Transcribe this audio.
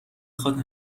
خواد